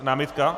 Námitka?